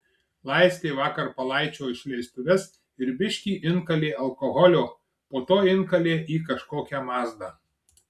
laistė vakar palaičio išleistuves ir biškį inkalė alkoholio po to inkalė į kažkokią mazdą